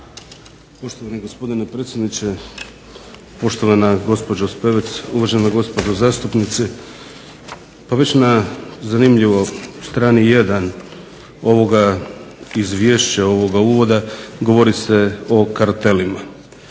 Poštovani gospodine predsjedniče, poštovana gospođo Spevec, uvažena gospodo zastupnici. Zanimljivo na strani 1. ovoga Izvješća ovoga uvoda govori se o kartelima.